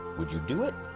would you do it?